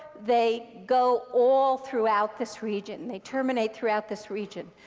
they go all throughout this region. they terminate throughout this region.